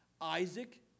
Isaac